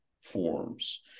forms